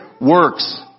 works